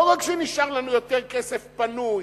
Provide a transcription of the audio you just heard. לא רק שנשאר לנו יותר כסף פנוי,